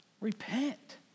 Repent